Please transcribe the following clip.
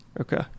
okay